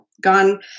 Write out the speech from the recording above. gone